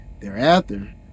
Thereafter